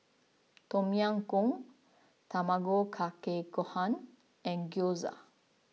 Tom Yam Goong Tamago Kake Gohan and Gyoza